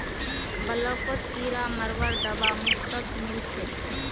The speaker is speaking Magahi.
ब्लॉकत किरा मरवार दवा मुफ्तत मिल छेक